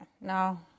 no